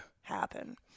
happen